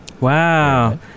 Wow